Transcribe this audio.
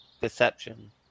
Perception